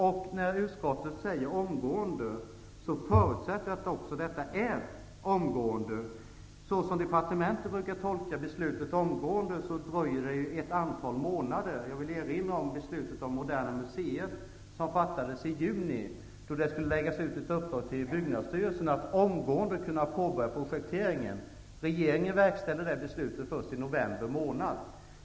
Och när utskottet säger omgående, förutsätter jag att det också sker omgående. När departementet tolkar ordet ''omgående'' brukar det dröja ett antal månader. Jag vill erinra om beslutet om Moderna Museet som fattades i juni. Det skulle läggas ut ett uppdrag till Byggnadsstyrelsen att omgående påbörja projekteringen. Regeringen verkställde det beslutet först i november månad.